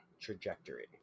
trajectory